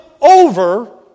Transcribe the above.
over